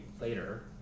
later